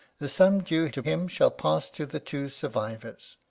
the sum due to him shall pass to the two survivors,